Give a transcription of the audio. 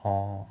orh